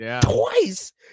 Twice